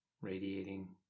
radiating